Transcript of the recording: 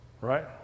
right